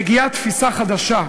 מגיעה תפיסה חדשה: